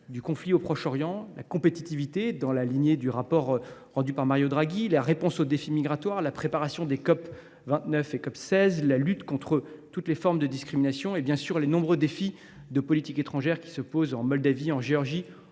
le conflit au Proche Orient ; la compétitivité, dans la lignée du rapport remis récemment par Mario Draghi ; la réponse aux défis migratoires ; la préparation de la COP29 et de la COP16 ; la lutte contre toutes les formes de discrimination ; enfin, les nombreux défis de politique étrangère qui se posent en Moldavie, en Géorgie,